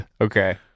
Okay